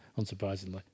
unsurprisingly